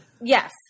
Yes